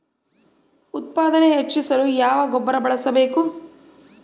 ಉತ್ಪಾದನೆ ಹೆಚ್ಚಿಸಲು ಯಾವ ಗೊಬ್ಬರ ಬಳಸಬೇಕು?